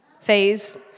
Phase